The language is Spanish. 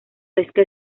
pesca